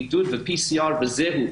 בידוד ו-PCR וזהו.